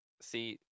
See